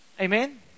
Amen